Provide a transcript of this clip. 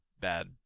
bad